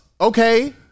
Okay